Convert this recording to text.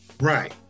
Right